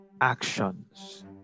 actions